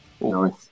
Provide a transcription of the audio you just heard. Nice